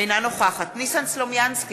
אינה נוכחת ניסן סלומינסקי,